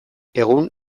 egun